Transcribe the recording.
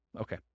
Okay